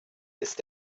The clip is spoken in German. ist